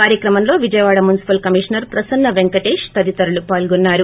కార్యక్రమంలో Vijayawada municipal commissioner Prasanna Venkatesh తదితరులు పాల్గొన్నారు